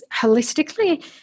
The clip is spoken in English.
holistically